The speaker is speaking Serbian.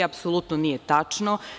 Apsolutno nije tačno.